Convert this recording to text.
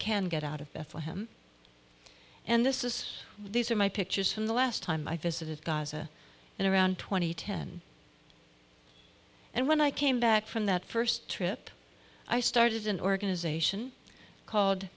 can get out of bethlehem and this is these are my pictures from the last time i visited gaza and around twenty ten and when i came back from that first trip i started an organization called